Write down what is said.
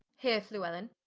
here fluellen,